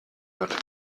wird